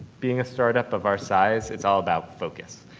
being a startup of our size it's all about focus.